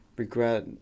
regret